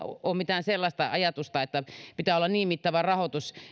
ole mitään sellaista ajatusta että pitää olla niin mittava rahoitus